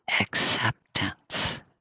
acceptance